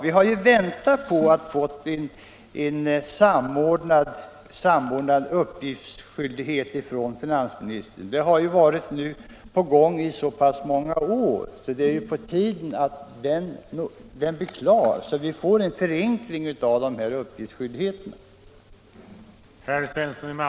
Vi har ju väntat på att av finansministern få förslag om en samordnad uppgiftsskyldighet i så många år, att det är på tiden att förslaget blir klart, så att det blir en förenkling av uppgiftsskyldigheterna.